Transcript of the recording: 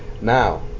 Now